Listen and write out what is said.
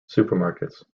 supermarkets